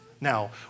Now